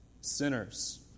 sinners